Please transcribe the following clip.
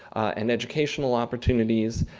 and educational opportunities,